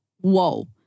whoa